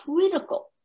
critical